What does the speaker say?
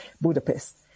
Budapest